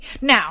Now